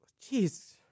jeez